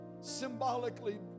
symbolically